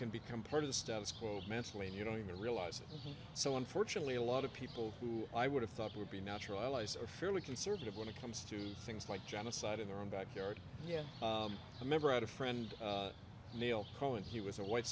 can become part of the status quo mentally and you don't even realize it so unfortunately a lot of people who i would have thought would be natural allies are fairly conservative when it comes to things like genocide in their own backyard yeah a member at a friend neil cohen he was a white